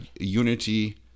unity